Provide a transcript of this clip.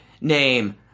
name